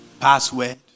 Password